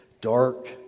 dark